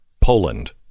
Poland